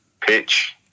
pitch